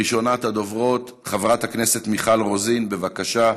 ראשונת הדוברות, חברת הכנסת מיכל רוזין, בבקשה,